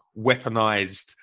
weaponized